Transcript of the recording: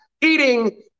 eating